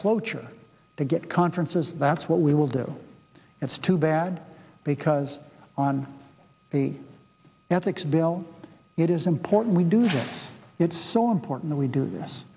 cloture to get conferences that's what we will do it's too bad because on the ethics bill it is important we do this it's so important we do this